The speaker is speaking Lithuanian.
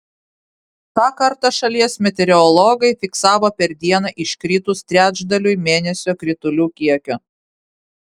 tą kartą šalies meteorologai fiksavo per dieną iškritus trečdaliui mėnesio kritulių kiekio